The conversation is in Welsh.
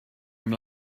mynd